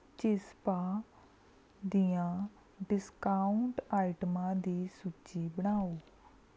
ਚਿਜ਼ਪਾ ਦੀਆਂ ਡਿਸਕਾਊਂਟ ਆਈਟਮਾਂ ਦੀ ਸੂਚੀ ਬਣਾਓ